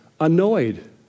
annoyed